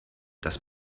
das